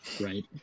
Right